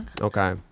okay